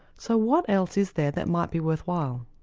so what else is there that might be worthwhile?